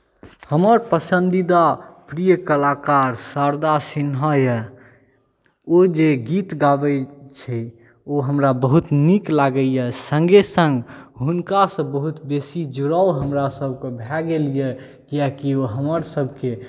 हमर पसन्दीदा प्रिय कलाकार शारदा सिन्हा अछि ओ जे गीत गाबैत छै ओ हमरा बहुत नीक लागैए सङ्गहि सङ्ग हुनकासँ बहुत बेसी जुड़ाव हमरासभकेँ भए गेल यए किआकि ओ हमरसभके